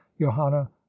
Johanna